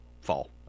fall